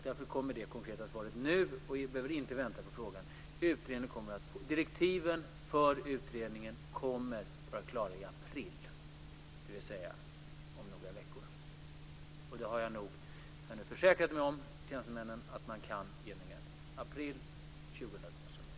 Därför kommer det konkreta svaret nu, och vi behöver inte vänta på frågan: Direktiven för utredningen kommer att vara klara i april, dvs. om några veckor. Jag har försäkrat mig om hos tjänstemännen att man kan ge den garantin. April 2002 är det som gäller.